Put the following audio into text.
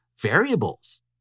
variables